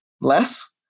less